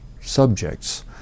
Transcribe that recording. subjects